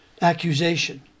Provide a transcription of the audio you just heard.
accusation